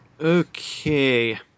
Okay